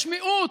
יש מיעוט,